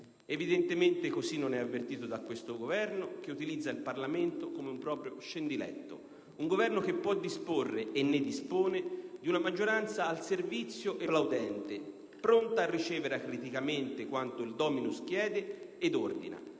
Evidentemente, così non è avvertito da questo Governo, che utilizza il Parlamento come un proprio scendiletto e che può disporre - e lo fa - di una maggioranza plaudente e al suo servizio, pronta a ricevere acriticamente quanto il *dominus* chiede ed ordina.